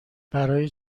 برای